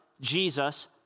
Jesus